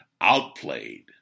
outplayed